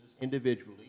individually